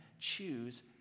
choose